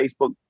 facebook